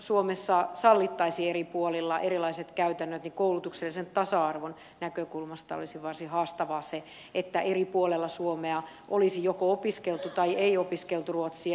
jos suomessa sallittaisiin eri puolilla erilaiset käytännöt niin koulutuksellisen tasa arvon näkökulmasta olisi varsin haastavaa se että eri puolilla suomea olisi joko opiskeltu tai ei opiskeltu ruotsia